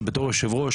שבתור יושב-ראש,